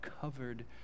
covered